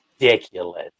Ridiculous